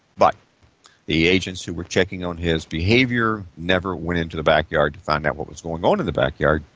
but the agents who were checking on his behaviour never went into the backyard to find out what was going on in the backyard,